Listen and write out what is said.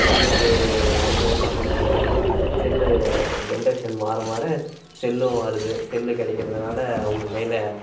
இதுக்கு அவங்க என்ன பண்ணுவாங்க செல்லு ஜென்ரேஷன் மாற மாற செல்லும் வருது செல்லு கிடைக்கிறதுனால அவங்க கையில்